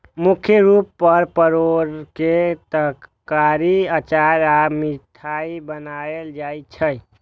मुख्य रूप सं परोर के तरकारी, अचार आ मिठाइ बनायल जाइ छै